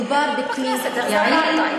מדובר בכלי יעיל,